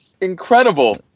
incredible